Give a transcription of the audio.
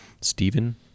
Stephen